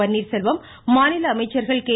பன்னீர்செல்வம் மாநில அமைச்சர்கள் கே